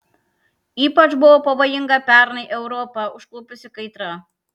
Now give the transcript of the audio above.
ypač buvo pavojinga pernai europą užklupusi kaitra